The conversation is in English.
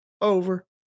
over